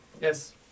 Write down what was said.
Yes